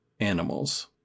animals